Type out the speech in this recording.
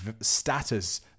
status